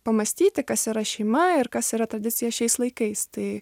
pamąstyti kas yra šeima ir kas yra tradicija šiais laikais tai